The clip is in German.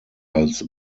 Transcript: als